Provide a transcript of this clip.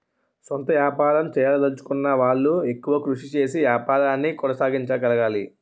సొంత వ్యాపారం చేయదలచుకున్న వాళ్లు ఎక్కువ కృషి చేసి వ్యాపారాన్ని కొనసాగించగలగాలి